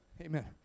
Amen